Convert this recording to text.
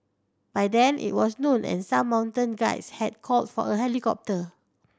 by then it was noon and some mountain guides had called for a helicopter